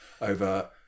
over